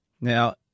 Now